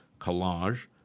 collage